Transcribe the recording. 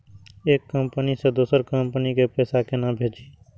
एक कंपनी से दोसर कंपनी के पैसा केना भेजये?